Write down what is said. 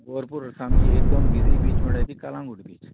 भरपूर सामकी एकदम बिजी बीच म्हळ्यार ती कलंगूट बीच